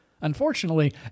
unfortunately